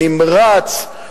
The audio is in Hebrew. נמרץ,